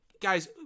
guys